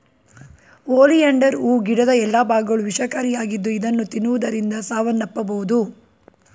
oleander ಹೂ ಗಿಡದ ಎಲ್ಲಾ ಭಾಗಗಳು ವಿಷಕಾರಿಯಾಗಿದ್ದು ಇದನ್ನು ತಿನ್ನುವುದರಿಂದ ಸಾವನ್ನಪ್ಪಬೋದು